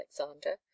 Alexander